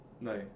No